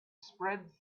spread